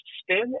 spin